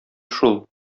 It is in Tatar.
шул